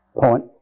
point